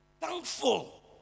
thankful